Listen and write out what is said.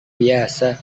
biasa